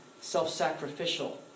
self-sacrificial